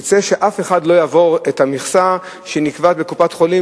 יצא שאף אחד לא יעבור את המכסה שנקבעת בקופת-החולים,